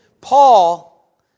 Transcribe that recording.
Paul